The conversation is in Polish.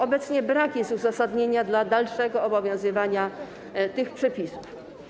Obecnie brak jest uzasadnienia dla dalszego obowiązywania tych przepisów.